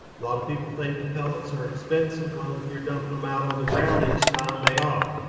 lot of people think the pellets are expensive. well, if you're dumping them out on the ground each time, they are.